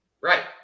Right